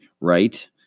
right